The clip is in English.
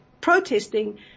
protesting